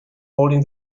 holding